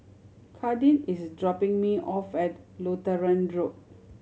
Kadin is dropping me off at Lutheran Road